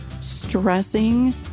stressing